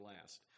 last